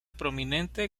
prominente